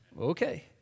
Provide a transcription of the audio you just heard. Okay